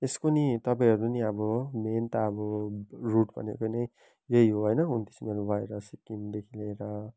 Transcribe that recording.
यसको नि तपाईँहरू नि अब मेन त अब रुट भनेको नै यही हो होइन उन्तिस माइल भएर सिक्किमदेखि लिएर